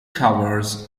covers